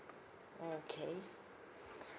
okay